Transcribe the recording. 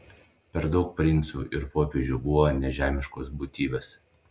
per daug princų ir popiežių buvo nežemiškos būtybės